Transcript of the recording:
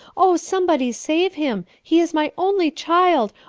oh, somebody save him! he is my only child!